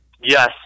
Yes